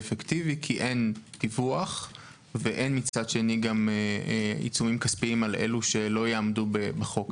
אפקטיבי כי אין דיווח ואין מצד שני עיצומים כספיים על אלו שלא יעמדו בחוק.